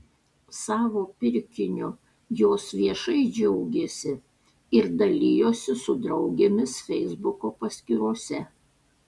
savo pirkiniu jos viešai džiaugėsi ir dalijosi su draugėmis feisbuko paskyrose